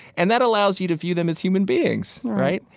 and that allows you to view them as human beings, right?